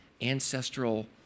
ancestral